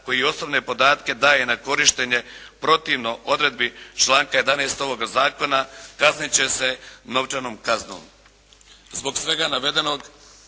koji osobne podatke daje na korištenje protivno odredbi članka 11. ovoga zakona kaznit će se novčanom kaznom.